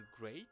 great